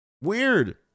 Weird